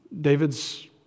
David's